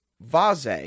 Vase